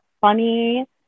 funny